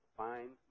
fine